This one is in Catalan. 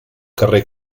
carrer